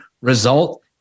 result